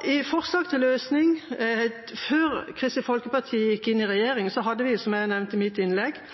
det gjelder forslag til løsning: Før Kristelig Folkeparti gikk inn i regjering, hadde vi – som jeg nevnte i mitt innlegg –